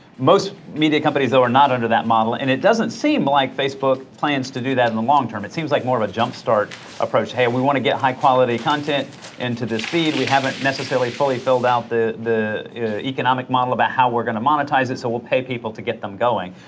most media companies though are not under that model, and it doesn't seem like facebook plans to do that in the long term, it seems like more of a jump start approach, hey, we want to get high quality content into this feed, we haven't necessarily fully filled out the the economic model about how we're gonna monetize it, so we'll pay people to get them going.